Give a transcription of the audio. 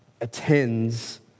attends